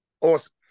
Awesome